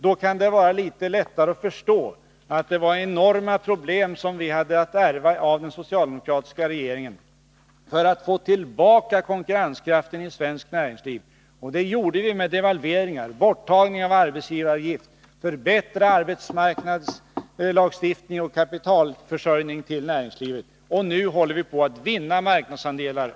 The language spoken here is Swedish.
Då kan det vara litet lättare att förstå att det var enorma problem för att få tillbaka konkurrenskraften i svenskt näringsliv som vi ärvde av den socialdemokratiska regeringen. Det gjorde vi med devalveringar och borttagande av arbetsgivaravgift, genom att förbättra arbetsmarknadslagstiftningen och kapitalförsörjningen till näringslivet, och nu håller vi på att vinna marknadsandelar.